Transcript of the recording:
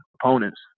opponents